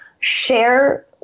share